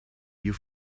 you